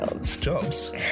jobs